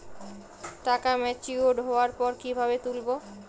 টাকা ম্যাচিওর্ড হওয়ার পর কিভাবে তুলব?